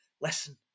listen